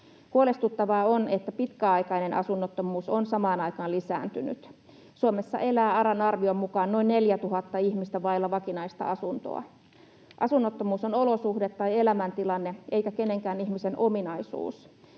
Huolestuttavaa on, että pitkäaikainen asunnottomuus on samaan aikaan lisääntynyt. Suomessa elää ARAn arvion mukaan noin 4 000 ihmistä vailla vakinaista asuntoa. Asunnottomuus on olosuhde tai elämäntilanne eikä kenenkään ihmisen ominaisuus.